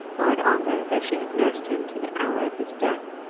lord ongar, though she had nursed him to the hour of his death,